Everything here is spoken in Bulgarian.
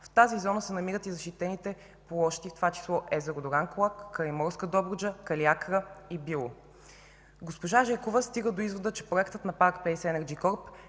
В тази зона се намират и защитени площи, в това число езеро Дуранкулак, Крайморска Добруджа, Калиакра и Било. Госпожа Жекова стига до извода, че проектът на „Парк Плейс